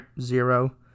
zero